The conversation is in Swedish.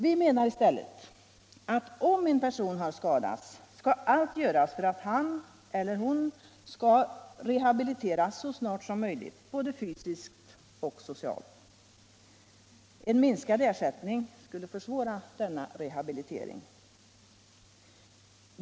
Vi menar i stället att om en person har skadats, skall allt göras för att han eller hon skall rehabiliteras så snart som möjligt, både fysiskt och socialt. En minskning av ersättningen skulle försvåra denna rehabilitering.